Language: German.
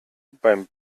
beim